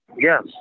Yes